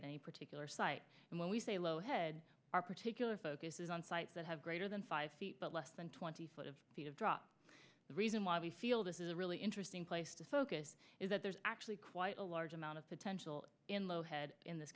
at any particular site and when we say low head our particular focus is on sites that have greater than five feet but less than twenty drop the reason why we feel this is a really interesting place to focus is that there's actually quite a large amount of potential in